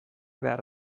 behar